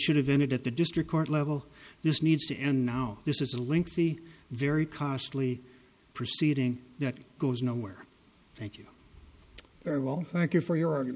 should have ended at the district court level this needs to end now this is a link the very costly proceeding that goes nowhere thank you very well thank you for your